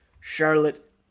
Charlotte